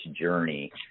journey